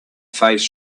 face